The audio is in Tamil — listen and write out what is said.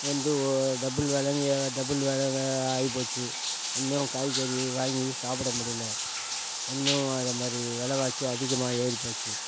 வந்து டபிள் விலைங்க டபிள் விலைங்க ஆகிப்போச்சி ஒன்னும் காய்கறி வாங்கி சாப்புட முடியல ஒன்றும் அதை மாதிரி விலவாசி அதிகமாக ஏறிப்போச்சி